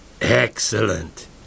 Excellent